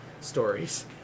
stories